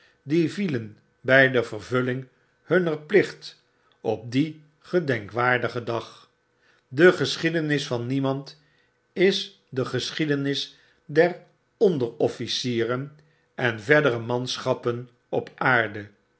die vielen by de vervulling hunner plicht op dien gedenkwaardigen dag de geschiedenis van memand is de geschiedenis der onderofficieren en verdere manschappen op aarde